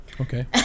Okay